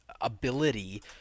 ability